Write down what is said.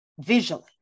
visually